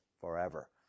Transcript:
forever